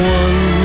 one